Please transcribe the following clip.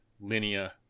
linear